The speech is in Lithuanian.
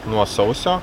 nuo sausio